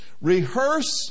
Rehearse